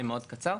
זה יהיה מאוד קצר.